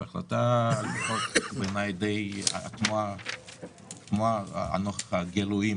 זאת החלטה שהיא בעיני די תמוהה נוכח הגילויים